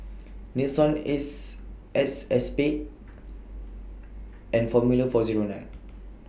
Nixon Ace X Spade and Formula four Zero nine